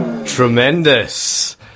Tremendous